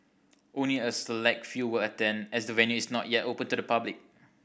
only a select few will attend as the venue is not yet open to the public